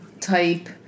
type